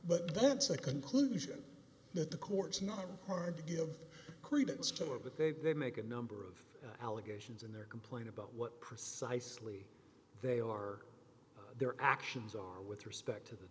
but that's a conclusion that the courts not hard to give credence to it but they they make a number of allegations in their complaint about what precisely they are their actions are with respect to the